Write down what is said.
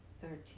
thirteen